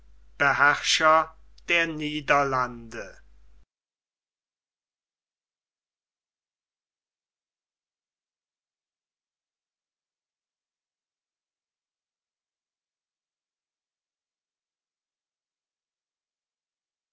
beherrscher der niederlande